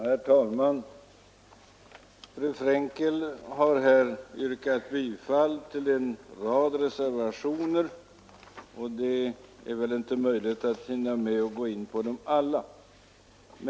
Herr talman! Fru Frankel har yrkat bifall till en rad reservationer, och det är inte möjligt att hinna gå in på dem alla.